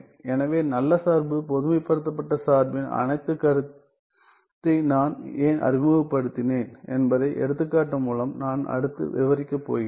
எனவே நல்ல சார்பு பொதுமைப்படுத்தப்பட்ட சார்பின் அனைத்து கருத்தை நான் ஏன் அறிமுகப்படுத்தினேன் என்பதை எடுத்துக்காட்டு மூலம் நான் அடுத்து விவரிக்கப் போகிறேன்